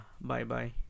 Bye-bye